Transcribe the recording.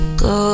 go